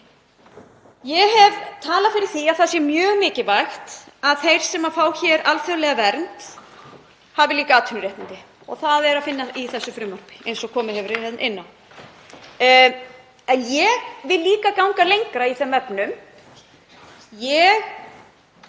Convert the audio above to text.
Ég hef talað fyrir því að það sé mjög mikilvægt að þeir sem fá hér alþjóðlega vernd hafi líka atvinnuréttindi og það er að finna í þessu frumvarpi, eins og komið hefur verið inn á. En ég vil ganga lengra í þeim efnum. Ég